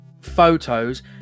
photos